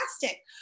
fantastic